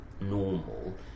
normal